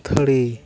ᱟᱹᱛᱷᱟᱹᱲᱤ